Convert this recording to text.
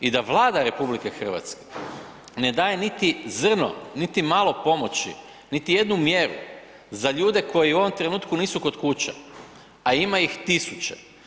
I da Vlada RH ne daje niti zrno niti malo pomoći, niti jednu mjeru, za ljude koji u ovom trenutku nisu kod kuće, a ima ih tisuće.